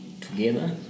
together